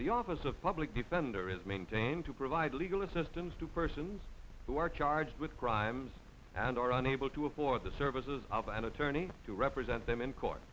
the office of public defender is maintained to provide legal assistance to persons who are charged with crimes and are unable to afford the services of an attorney to represent them in court